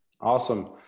awesome